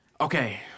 Okay